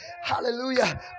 Hallelujah